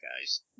guys